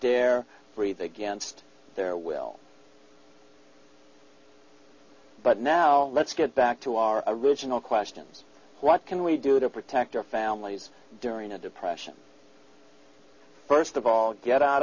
breathe against their will but now let's get back to our original questions what can we do to protect our families during a depression first of all get out